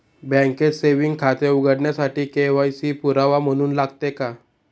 बँकेत सेविंग खाते उघडण्यासाठी के.वाय.सी पुरावा म्हणून लागते का?